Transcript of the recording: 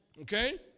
Okay